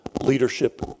leadership